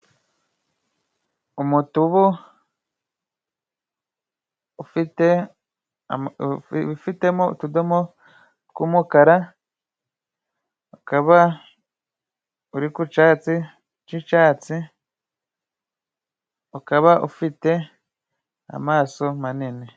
Umutubu ufite wifitemo utudomo tw'umukara, ukaba uri ku catsi c'icatsi ukaba ufite amaso manini.